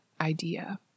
idea